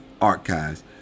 archives